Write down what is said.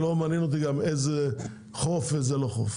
גם לא מעניין אותי איזה חוף ואיזה לא חוף.